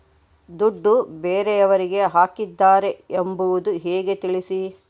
ದುಡ್ಡು ಬೇರೆಯವರಿಗೆ ಹಾಕಿದ್ದಾರೆ ಎಂಬುದು ಹೇಗೆ ತಿಳಿಸಿ?